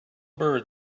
bird